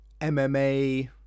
MMA